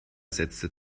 setzte